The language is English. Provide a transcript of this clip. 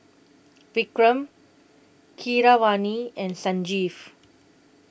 Vikram Keeravani and Sanjeev